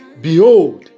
behold